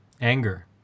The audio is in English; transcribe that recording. Anger